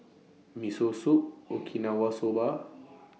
Miso Soup Okinawa Soba